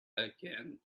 again